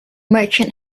merchant